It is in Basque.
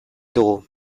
dugu